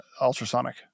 ultrasonic